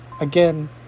Again